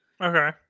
Okay